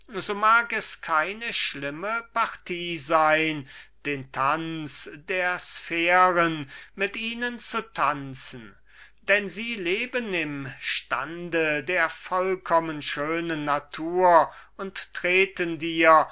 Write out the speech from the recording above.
so mag es keine schlimme partie sein den tanz der sphären mit ihnen zu tanzen denn sie leben in dem stand der vollkommen schönen natur und treten dir